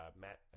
Matt